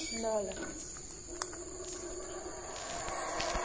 ल ल